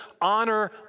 honor